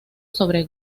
sobre